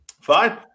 Fine